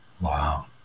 Wow